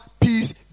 peace